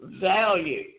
value